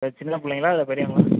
அது சின்ன பிள்ளைங்களா இல்லை பெரியவங்களா